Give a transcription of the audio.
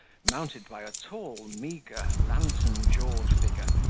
mounted by a tall, meagre, lantern-jawed figure,